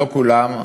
לא כולם,